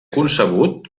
concebut